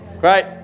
Great